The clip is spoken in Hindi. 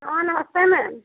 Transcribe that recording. हाँ नमस्ते मैम